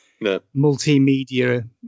multimedia